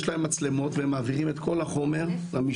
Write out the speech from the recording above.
יש להם מצלמות והם מעבירים את כל החומר למשטרה.